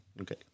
Okay